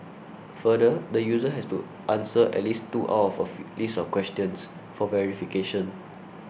further the user has to answer at least two out of a fit list of questions for verification